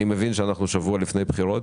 אני מבין שאנחנו שבוע לפני בחירות